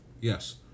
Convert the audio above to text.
Yes